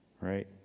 right